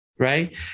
Right